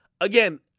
again